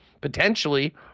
Potentially